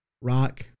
rock